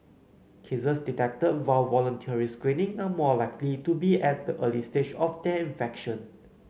cases detected via voluntary screening are more likely to be at the early stage of their infection